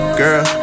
girl